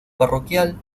parroquial